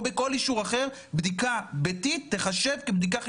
זאת הסיבה שמלכתחילה תעדפנו והמלצנו על בדיקות PCR רק